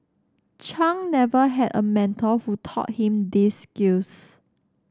Chung never had a mentor who taught him these skills